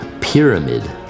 pyramid